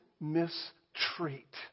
mistreat